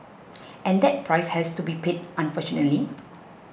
and that price has to be paid unfortunately